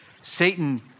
Satan